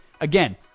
Again